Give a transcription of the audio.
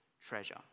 treasure